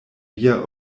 via